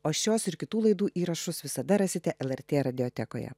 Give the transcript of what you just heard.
o šios ir kitų laidų įrašus visada rasite lrt radijotekoje